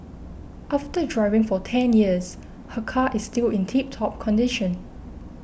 after driving for ten years her car is still in tip top condition